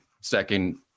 second